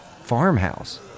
farmhouse